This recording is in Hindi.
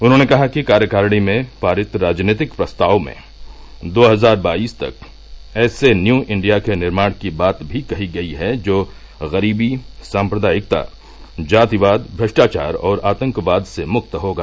उन्होंने कहा कि कार्यकारिणी में पारित राजनीतिक प्रस्ताव में दो हजार बाइस तक ऐसे न्यू इंडिया के निर्माण की बात भी कही गयी है जो गरीबी सांप्रदायिकता जातिवाद भ्रष्टाचार और आतंकवाद से मुक्त होगा